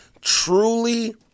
truly